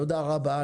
תודה רבה.